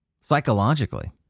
Psychologically